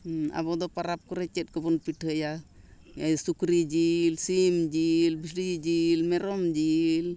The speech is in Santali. ᱦᱮᱸ ᱟᱵᱚ ᱫᱚ ᱯᱚᱨᱚᱵᱽ ᱠᱚᱨᱮ ᱪᱮᱫ ᱠᱚᱵᱚᱱ ᱯᱤᱴᱷᱟᱹᱭᱟ ᱥᱩᱠᱨᱤ ᱡᱤᱞ ᱥᱤᱢ ᱡᱤᱞ ᱵᱷᱤᱰᱤ ᱡᱤᱞ ᱢᱮᱨᱚᱢ ᱡᱤᱞ